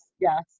Yes